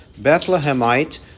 Bethlehemite